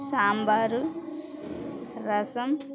సాంబారు రసం